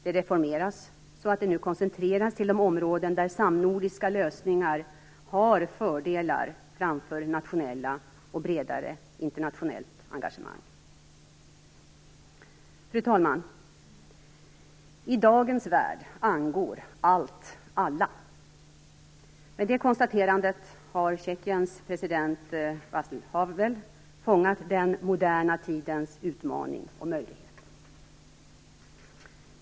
Det reformeras så att det nu koncentreras till de områden där samnordiska lösningar har fördelar framför nationella och bredare internationellt engagemang. Fru talman! "I dagens värld angår allt alla." Med det konstaterandet har Tjeckiens president Václav Havel fångat den moderna tidens utmaning och möjlighet.